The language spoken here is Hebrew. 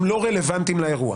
הם לא רלוונטיים לאירוע.